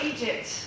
Egypt